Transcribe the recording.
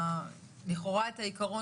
את העיקרון